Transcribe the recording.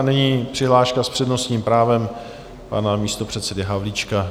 Nyní přihláška s přednostním právem pana místopředsedy Havlíčka.